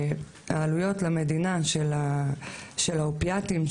העלויות למדינה של האופיאטים,